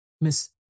Miss